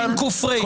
שי"ן, קו"ף, רי"ש.